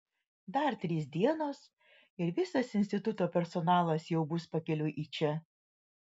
dar trys dienos ir visas instituto personalas jau bus pakeliui į čia